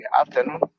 afternoon